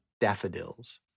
daffodils